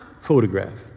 photograph